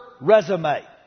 resume